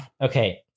Okay